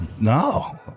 No